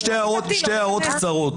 שתי הערות קצרות.